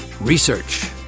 Research